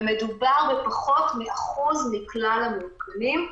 ומדובר בפחות מ-1% מכלל המאוכנים.